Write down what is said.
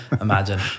Imagine